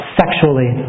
sexually